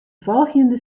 folgjende